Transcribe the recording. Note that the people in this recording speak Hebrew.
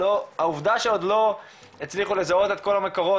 העובדה שעוד לא הצליחו לזהות את כל המקורות,